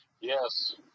Yes